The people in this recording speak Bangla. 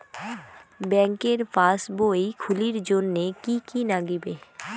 ব্যাঙ্কের পাসবই খুলির জন্যে কি কি নাগিবে?